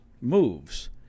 moves